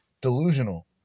delusional